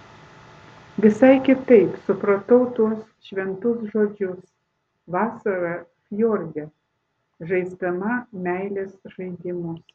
visai kitaip supratau tuos šventus žodžius vasarą fjorde žaisdama meilės žaidimus